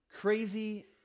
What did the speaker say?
crazy